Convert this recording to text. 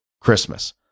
Christmas